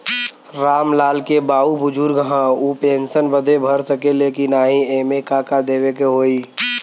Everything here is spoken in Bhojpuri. राम लाल के बाऊ बुजुर्ग ह ऊ पेंशन बदे भर सके ले की नाही एमे का का देवे के होई?